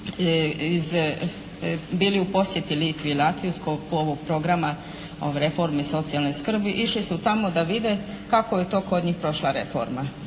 bili u posjeti Litvi i Latviji u sklopu ovog programa reforme socijalne skrbi išli su tamo da vide kako je to kod njih prošla reforma.